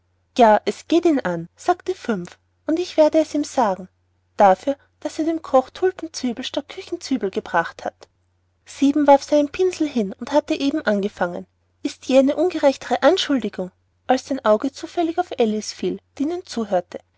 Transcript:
ja es geht ihn an sagte fünf und ich werde es ihm sagen dafür daß er dem koch tulpenzwiebeln statt küchenzwiebeln gebracht hat sieben warf seinen pinsel hin und hatte eben angefangen ist je eine ungerechtere anschuldigung als sein auge zufällig auf alice fiel die ihnen zuhörte